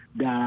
da